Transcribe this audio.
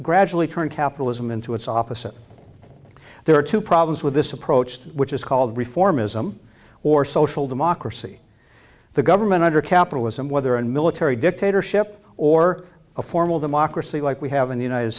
gradually turn capitalism into its opposite there are two problems with this approach which is called reformism or social democracy the government under capitalism whether in military dictatorship or a formal democracy like we have in the united